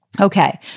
Okay